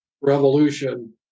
revolution